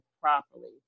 properly